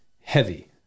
heavy